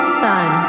sun